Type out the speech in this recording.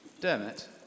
Dermot